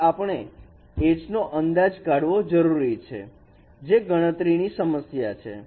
હવે આપણે H નો અંદાજ કાઢવો જરૂરી છે જે ગણતરી ની સમસ્યા છે